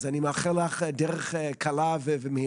וגם